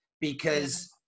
because-